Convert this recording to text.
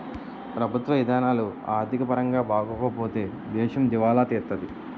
ప్రభుత్వ ఇధానాలు ఆర్థిక పరంగా బాగోపోతే దేశం దివాలా తీత్తాది